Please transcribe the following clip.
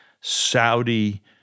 Saudi-